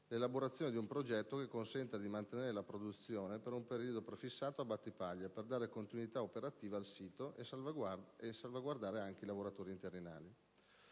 l'elaborazione di un progetto che consenta di mantenere la produzione per un periodo prefissato a Battipaglia, per dare continuità operativa al sito e salvaguardare anche i lavoratori interinali.